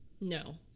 No